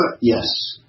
Yes